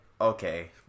okay